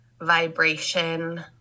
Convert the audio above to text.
vibration